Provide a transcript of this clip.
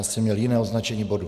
Já jsem měl jiné označení bodu.